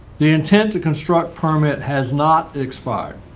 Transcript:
the intent to construct permit has not expired.